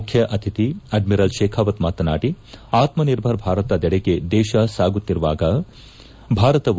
ಮುಖ್ಯ ಆತಿಥಿ ಅಡ್ಮಿರಲ್ ಶೇಖಾವತ್ ಮಾತನಾಡಿ ಆತ್ಮನಿರ್ಭರ್ ಭಾರತದೆಡೆಗೆ ದೇಶ ಸಾಗುತ್ತಿರುವಾಗ ಭಾರತವು